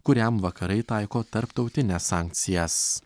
kuriam vakarai taiko tarptautines sankcijas